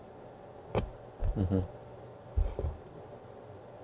mmhmm